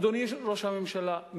אדוני ראש הממשלה,